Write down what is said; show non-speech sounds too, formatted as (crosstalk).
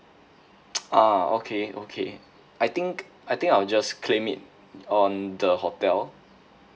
(noise) ah okay okay I think I think I'll just claim it on the hotel